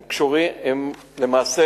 למעשה,